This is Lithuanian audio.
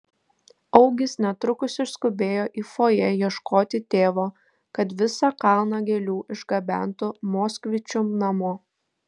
augis netrukus išskubėjo į fojė ieškoti tėvo kad visą kalną gėlių išgabentų moskvičium namo